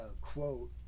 quote